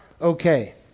okay